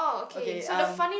okay um